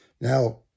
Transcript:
Now